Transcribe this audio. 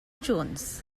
jones